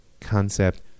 concept